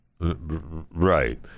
right